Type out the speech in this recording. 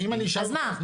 אז מה?